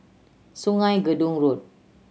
Sungei Gedong Road